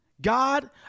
God